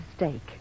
mistake